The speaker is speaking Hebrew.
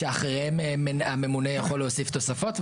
שאחריהם הממונה יכול להוסיף תוספות,